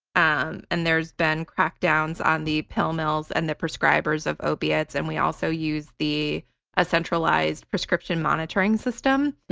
um and there's been crackdowns on the pill mills and the prescribers of opiates and we also use the ah centralized prescription monitoring system,